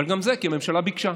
אבל גם זה, כי הממשלה ביקשה,